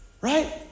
right